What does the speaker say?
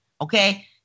okay